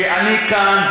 כי אני כאן,